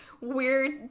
weird